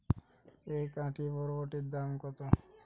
এক আঁটি বরবটির দাম কত?